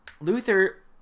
Luther